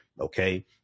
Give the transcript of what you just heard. Okay